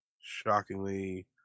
shockingly